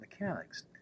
mechanics